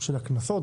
של הקנסות,